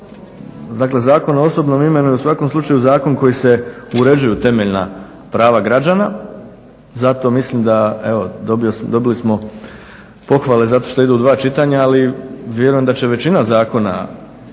dakle Zakon o osobnom imenu je u svakom slučaju zakon koji se uređuju temeljna prava građana. Zato mislim da, evo dobili smo pohvale zato što ide u dva čitanja, ali vjerujem da će većina zakona